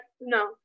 No